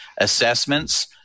Assessments